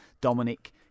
Dominic